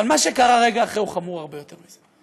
אבל מה שקרה רגע אחרי, חמור הרבה יותר מזה.